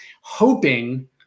hoping